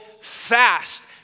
fast